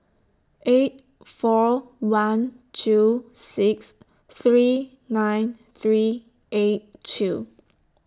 eight four one two six three nine three eight two